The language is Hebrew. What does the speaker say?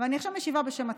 ועכשיו אני משיבה בשם עצמי,